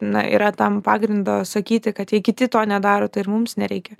na yra tam pagrindo sakyti kad jei kiti to nedaro tai ir mums nereikia